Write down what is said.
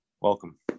Welcome